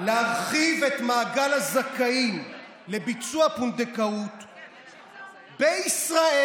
להרחיב את מעגל הזכאים לביצוע פונדקאות בישראל,